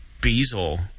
bezel